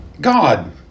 God